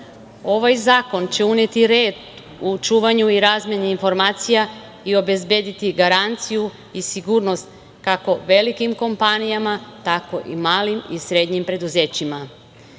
zakon će uneti red u čuvanju i razmeni informacija i obezbediti garanciju i sigurnost kako velikim kompanijama, tako i malim i srednjim preduzećima.